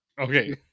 Okay